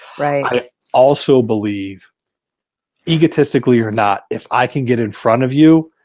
i also believe egotistically, you're not. if i can get in front of you,